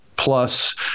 plus